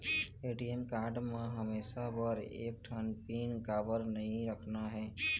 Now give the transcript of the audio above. ATM card म हमेशा बर एक ठन पिन काबर नई रखना हे?